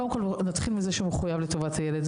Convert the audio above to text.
נתחיל מזה שהוא מחויב לטובת הילד,